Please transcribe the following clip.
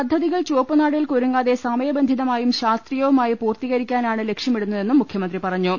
പദ്ധതികൾ ചുവപ്പുനാടയിൽ കുരുങ്ങാതെ സമയബന്ധിതമായും ശാസ്ത്രീയവുമായി പൂർത്തീകരിക്കാനാണ് ലക്ഷ്യമിടുന്നതെന്നും മുഖ്യമന്ത്രി പറഞ്ഞു